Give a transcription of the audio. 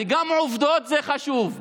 גם עובדות זה חשוב.